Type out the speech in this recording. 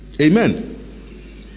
Amen